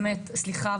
באמת סליחה,